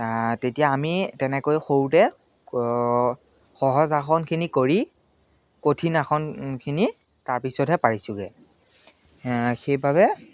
তেতিয়া আমি তেনেকৈ সৰুতে সহজ আসনখিনি কৰি কঠিন আসনখিনি তাৰপিছতহে পাৰিছোঁগৈ সেইবাবে